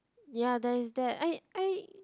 ya then is that I I